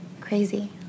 Crazy